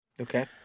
Okay